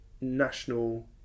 national